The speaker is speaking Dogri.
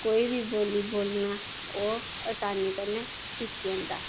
कोई बी बोल्ली बोलना ओह् आसानी कन्ने सिक्खी जंदा